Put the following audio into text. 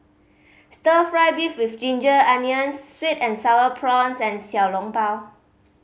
Stir Fry beef with ginger onions sweet and Sour Prawns and Xiao Long Bao